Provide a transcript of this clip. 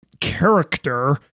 character